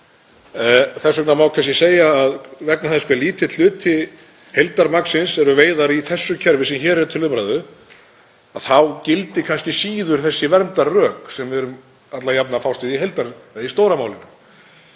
Þess vegna má kannski segja að vegna þess hve lítill hluti heildarmagnsins eru veiðar í því kerfi sem hér er til umræðu þá gildi kannski síður þessi verndarrök sem við erum alla jafna að fást við í stóra málinu.